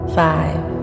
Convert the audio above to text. five